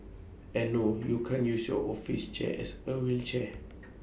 and no you can't use your office chair as A wheelchair